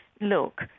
look